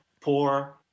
poor